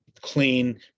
clean